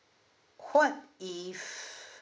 what if